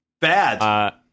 bad